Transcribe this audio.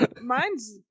Mine's